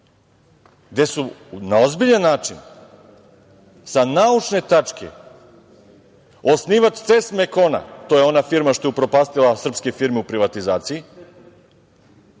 gde su na ozbiljan način, sa naučne tačke, osnivač „Ces Mekona“ to je ona firma što je upropastila srpske firme u privatizaciji